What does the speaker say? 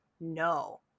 no